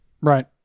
Right